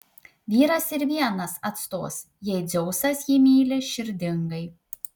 vyras ir vienas atstos jei dzeusas jį myli širdingai